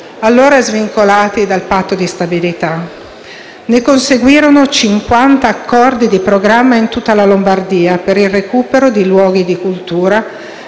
allora svincolati dal Patto di stabilità. Ne conseguirono cinquanta accordi di programma in tutta la Lombardia, per il recupero di luoghi di cultura